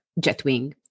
Jetwing